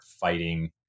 fighting